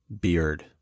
beard